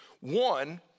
One